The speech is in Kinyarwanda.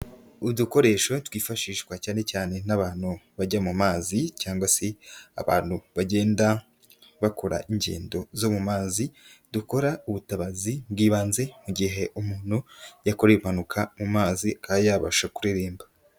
Udukoresho twifashishwa cyane cyane n'abantu bajya mu mazi cyangwa se abantu bagenda bakora ingendo zo mu mazi, dukora ubutabazi bw'ibanze mu gihe umuntu yakoreye impanuka mu mazi akaba yabasha kureremba.